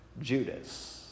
Judas